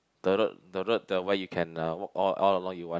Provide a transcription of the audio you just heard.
the road the road the one you can uh walk all all around you want